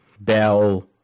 Bell